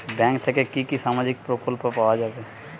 Bank থেকে কি কি সামাজিক প্রকল্প পাওয়া যাবে?